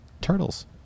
turtles